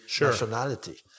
nationality